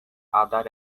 other